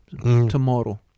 tomorrow